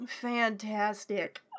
Fantastic